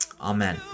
Amen